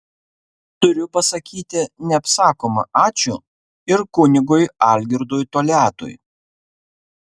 turiu pasakyti neapsakoma ačiū ir kunigui algirdui toliatui